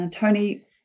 Tony